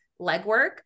legwork